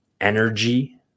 energy